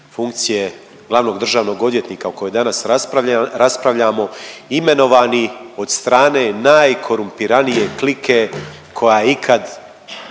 funkcije glavnog državnog odvjetnika u kojoj danas raspravljamo, imenovani od strane najkorumpiranije klike koja je ikad